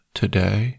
today